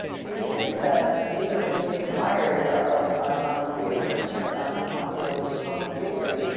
to the extent that even when she inquired of thomas higginson about the possibility of publication,